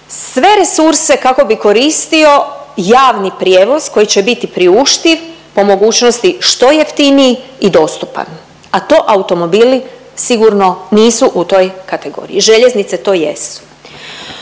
sve resurse kako bi koristio javni prijevoz koji će biti priuštiv, po mogućnosti što jeftiniji i dostupan, a to automobili sigurno nisu u toj kategoriji. Željeznice to jesu.